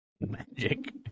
Magic